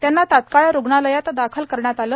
त्यांना तात्काळ रुग्णालयात दाखल करण्यात आलं